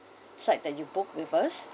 site that you book with us